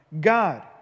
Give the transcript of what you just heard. God